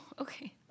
okay